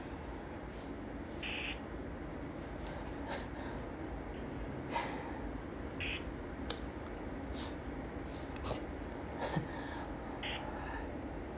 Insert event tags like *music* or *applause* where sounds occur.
*laughs*